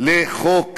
לחוק